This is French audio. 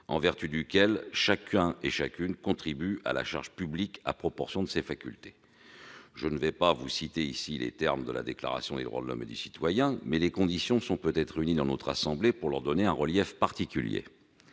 en vertu duquel chacun et chacune contribuent à la charge publique à proportion de leurs facultés. Je ne citerai pas ici les termes de la Déclaration des droits de l'homme et du citoyen, mais les conditions sont peut-être réunies dans notre assemblée pour leur donner un relief particulier.